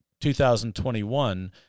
2021